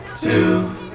two